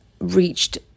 reached